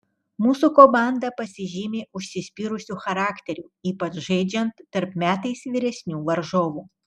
mūsų komanda pasižymi užsispyrusiu charakteriu ypač žaidžiant tarp metais vyresnių varžovų